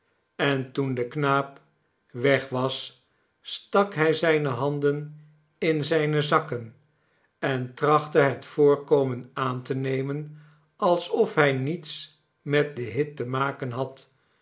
en toen de knaap weg was stak hij zijne handen in zijne zakken en trachtte het voorkomen aan te nemen alsof hij niets met den hit te maken had